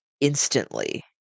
instantly